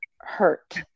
hurt